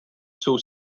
jsou